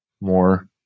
more